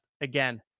Again